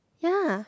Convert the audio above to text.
ya